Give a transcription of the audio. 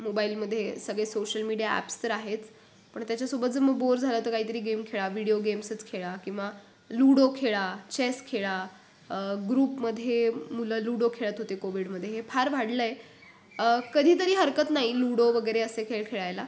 मोबाईलमध्ये सगळे social media apps तर आहेच पण त्याच्यासोबत जर मग बोर झालं तर काहीतरी गेम खेळा विडिओ गेम्सच खेळा किंवा लूडो खेळा चॅस खेळा ग्रुपमध्ये मुलं लूडो खेळत होती कोविडमधे हे फार वाढलं आहे कधीतरी हरकत नाही लुडो वगैरे असे खेळ खेळायला